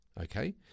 Okay